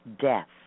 death